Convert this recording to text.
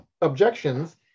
objections